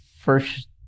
first